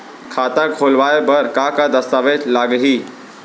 खाता खोलवाय बर का का दस्तावेज लागही?